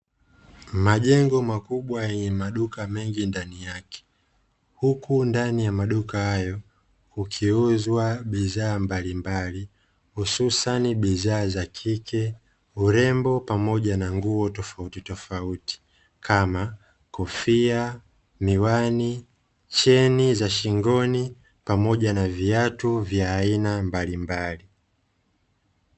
Majengo makubwa yenye maduka mengi ndani yake, huku ndani ya maduka hayo kukiuzwa bidhaa mbalimbali; hususani bidhaa za kike, urembo pamoja na nguo tofautitofauti kama: kofia, miwani, cheni za shingoni pamoja na viatu vya aina mbalimbali.